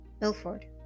Milford